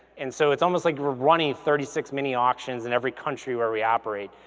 and so it's almost like we're running thirty six mini auctions in every country where we operate.